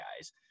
guys